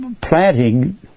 planting